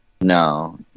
No